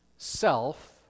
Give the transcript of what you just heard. self